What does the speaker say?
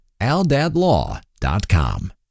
aldadlaw.com